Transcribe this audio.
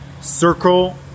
circle